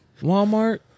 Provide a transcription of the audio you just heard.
Walmart